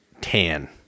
tan